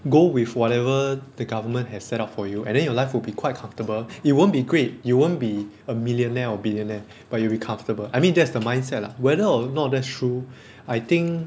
go with whatever the government has set up for you and then your life will be quite comfortable it won't be great you won't be a millionaire or billionaire but you'll be comfortable I mean that's the mindset lah whether or not that's true I think